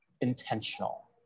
intentional